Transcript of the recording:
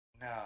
No